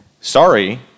sorry